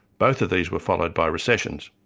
both of these were followed by recessions.